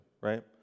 right